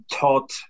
taught